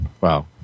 Wow